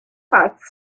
parks